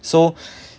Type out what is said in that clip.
so